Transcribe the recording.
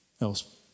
else